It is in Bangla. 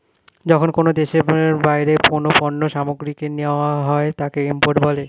যখন কোনো দেশে বাইরের কোনো পণ্য সামগ্রীকে নেওয়া হয় তাকে ইম্পোর্ট বলে